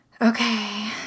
Okay